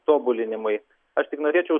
tobulinimui aš tik norėčiau